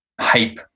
hype